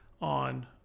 on